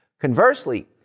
Conversely